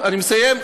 אני מסיים.